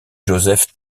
joseph